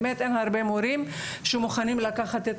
באמת אין הרבה מורים שמוכנים לקחת את